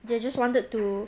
they just wanted to